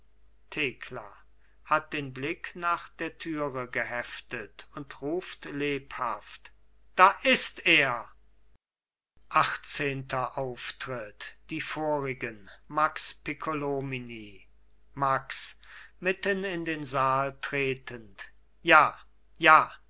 thekla hat den blick nach der türe geheftet und ruft lebhaft da ist er achtzehnter auftritt die vorigen max piccolomini max mitten in den saal tretend ja ja